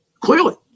Clearly